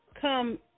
come